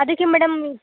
ಅದಕ್ಕೆ ಮೇಡಮ್